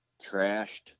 trashed